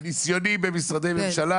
מניסיוני במשרדי ממשלה,